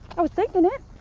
i was thinking it.